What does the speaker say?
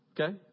Okay